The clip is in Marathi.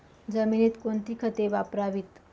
जमिनीत कोणती खते वापरावीत?